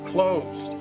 Closed